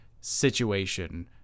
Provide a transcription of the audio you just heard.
situation